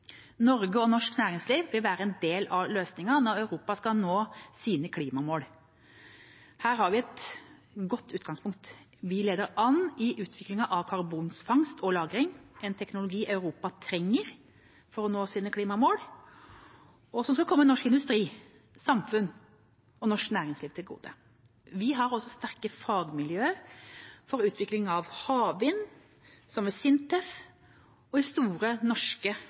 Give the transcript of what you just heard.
Norge og norsk næringsliv vil være en del av løsningen når Europa skal nå sine klimamål. Her har vi et godt utgangspunkt: Vi leder an i utviklingen av karbonfangst og -lagring. Det er en teknologi Europa trenger for å nå sine klimamål, og som skal komme norsk industri, samfunn og næringsliv til gode. Vi har også sterke fagmiljøer for utvikling av havvind, som ved SINTEF og i store, norske